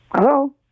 Hello